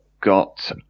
got